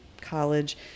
college